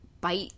bite